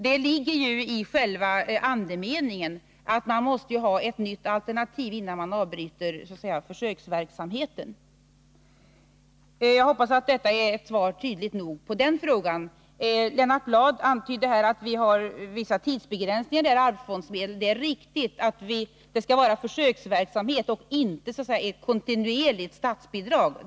Det ligger ju i själva andemeningen med försöksverksamheten att man måste ha ett nytt alternativ innan man avbryter den. Jag hoppas att detta är ett nog tydligt svar på den frågan. Lennart Bladh antydde att vi har vissa begränsningar när det gäller arvsfondsmedel. Det är riktigt att det skall vara en försöksverksamhet och att vi inte kan ge ett kontinuerligt statsbidrag.